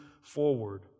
forward